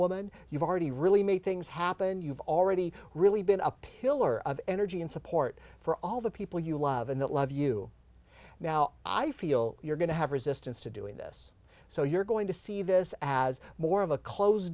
woman you've already really made things happen you've already really been a pillar of energy and support for all the people you love and that love you now i feel you're going to have resistance to doing this so you're going to see this as more of a closed